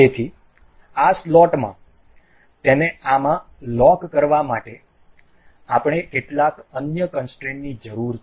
તેથી આ સ્લોટમાં તેને આમાં લોક કરવા માટે આપણે કેટલાક અન્ય કોન્સ્ટ્રેનની જરૂર છે